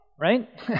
right